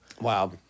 Wow